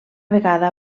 vegada